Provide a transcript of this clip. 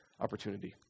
opportunity